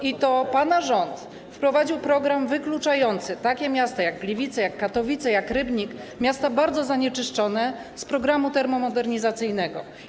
I to pana rząd wprowadził program wykluczający takie miasta jak Gliwice, jak Katowice, jak Rybnik, miasta bardzo zanieczyszczone, z programu termomodernizacyjnego.